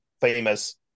famous